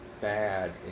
bad